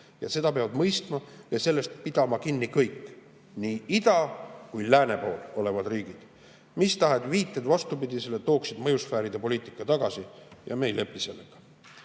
seda peavad mõistma ja sellest pidama kinni kõik – nii ida kui ka lääne pool olevad riigid. Mistahes viited vastupidisele tooksid mõjusfääride poliitika tagasi ja me ei lepi